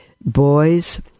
Boys